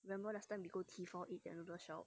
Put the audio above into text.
remember last time we go T four eat that noodles shop